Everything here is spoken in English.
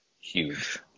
huge